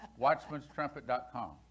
Watchman'sTrumpet.com